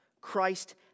Christ